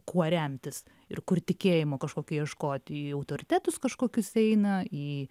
kuo remtis ir kur tikėjimo kažkokio ieškoti į autoritetus kažkokius eina į